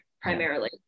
primarily